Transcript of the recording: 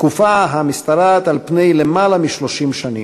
תקופה המשתרעת על פני יותר מ-30 שנים.